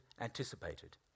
anticipated